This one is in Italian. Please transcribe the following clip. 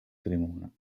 cremona